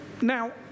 Now